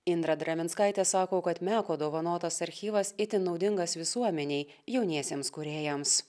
indra drevinskaitė sako kad meko dovanotas archyvas itin naudingas visuomenei jauniesiems kūrėjams